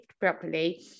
properly